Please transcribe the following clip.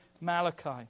Malachi